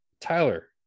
Tyler